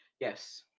Yes